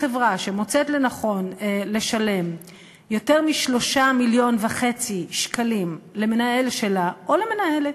חברה שמוצאת לנכון לשלם יותר מ-3.5 מיליון שקלים למנהל שלה או למנהלת,